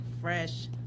fresh